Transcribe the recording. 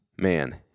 man